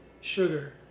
sugar